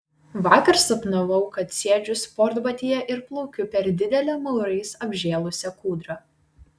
vakar sapnavau kad sėdžiu sportbatyje ir plaukiu per didelę maurais apžėlusią kūdrą